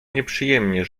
nieprzyjemnie